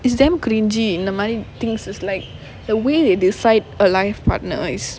it's damn cringey இந்த மாறி:intha maari thinks it's like the way they decide a life partner is